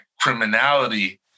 criminality